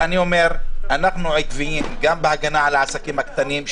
אנחנו עקביים גם בהגנה על העסקים הקטנים,